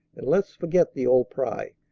and let's forget the old pry.